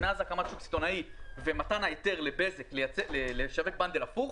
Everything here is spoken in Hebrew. מאז הקמת שוק הסיטונאי ומתן ההיתר לבזק לשווק בנדל הפוך,